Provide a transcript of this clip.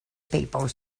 people